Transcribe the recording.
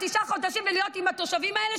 לתשעה חודשים ולהיות עם התושבים האלה,